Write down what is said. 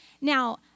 Now